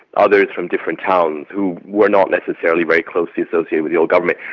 others from different towns who were not necessarily very closely associated with the old government.